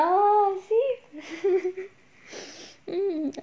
oh I see mm